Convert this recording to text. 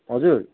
हजुर